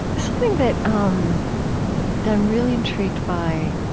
something that um that i'm really intrigued by